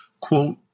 Quote